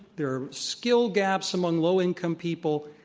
there are skill gaps among low income people,